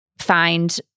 find